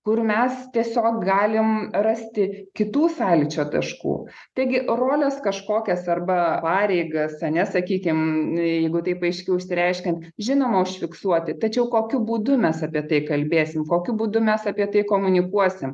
kur mes tiesiog galim rasti kitų sąlyčio taškų taigi roles kažkokias arba pareigas ar ne sakykim jeigu taip aiškiau išsireiškiant žinoma užfiksuoti tačiau kokiu būdu mes apie tai kalbėsim kokiu būdu mes apie tai komunikuosim